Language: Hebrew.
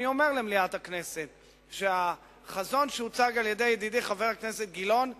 אני אומר למליאת הכנסת שהחזון שהציג ידידי חבר הכנסת גילאון מתקדם,